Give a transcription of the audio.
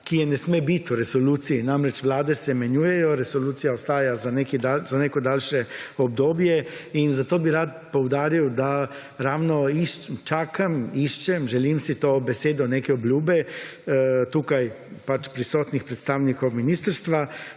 ki je ne sme biti v resoluciji. Namreč, vlada se menjajo, resolucija ostaja za neko daljše obdobje. In zato bi rada poudaril, da ravno čakam, iščem, želim si to besedo neke obljube tukaj pač prisotnih predstavnikov ministrstva,